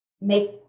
make